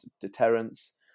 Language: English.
deterrence